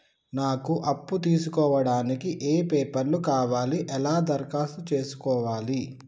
నాకు అప్పు తీసుకోవడానికి ఏ పేపర్లు కావాలి ఎలా దరఖాస్తు చేసుకోవాలి?